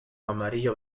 amarillo